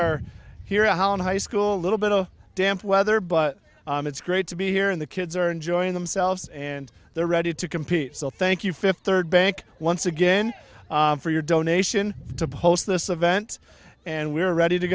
are here at home high school a little bit of a damp weather but it's great to be here and the kids are enjoying themselves and they're ready to compete so thank you fifth third bank once again for your donation to post this event and we're ready to